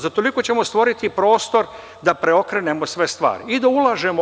Zza toliko ćemo stvoriti prostor da preokrenemo sve stvari i da ulažemo.